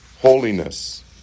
holiness